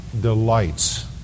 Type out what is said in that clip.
delights